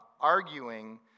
arguing